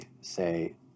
say